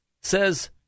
says